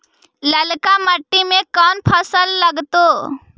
ललका मट्टी में कोन फ़सल लगतै?